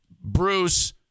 Bruce